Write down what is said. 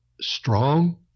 strong